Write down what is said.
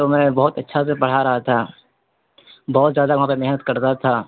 تو میں بہت اچھا سے پڑھا رہا تھا بہت زیادہ وہاں پہ محنت کرتا تھا